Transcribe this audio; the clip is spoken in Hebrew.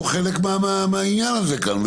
הוא חלק מהעניין הזה כאן.